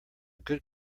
good